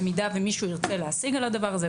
במידה ומישהו ירצה להשיג על הדבר הזה,